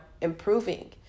improving